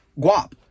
Guap